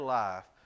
life